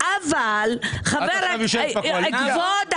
אבל כבוד היושב-ראש,